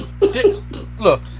Look